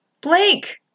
Blake